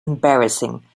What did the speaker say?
embarrassing